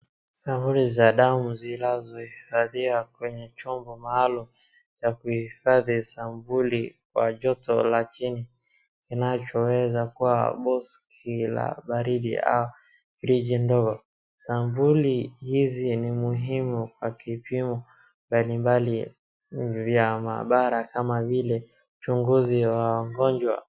Sampuli za damu zinazohifadhiwa kwenye chombo maalum cha kuhifadhi sampuli kwa joto la chini, kinachoweza kuwa box la baridi au fridge dogo. Sampuli hizi ni muhimu kwa kipimo mbali mbali vya maabala kama vile uchunguzi wa wagonjwa.